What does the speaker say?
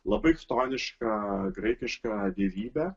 labai ktoniška graikiška dievybė